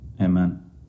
Amen